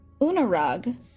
Unarag